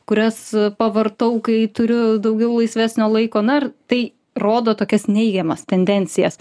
kurias pavartau kai turiu daugiau laisvesnio laiko na ir tai rodo tokias neigiamas tendencijas